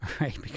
right